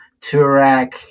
Turak